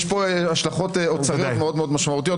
יש פה השלכות אוצריות מאוד מאוד משמעותיות.